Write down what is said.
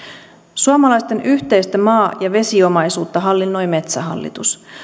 suomalaisten yhteistä maa ja vesiomaisuutta hallinnoi metsähallitus